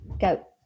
Go